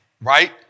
right